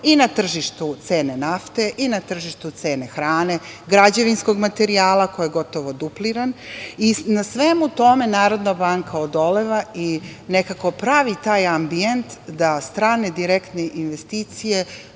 i na tržištu cene nafte, na tržištu cene hrane, građevinskog materijala koji je gotovo dupliran. Svemu tome NBS odoleva i nekako pravi taj ambijent da strane direktne investicije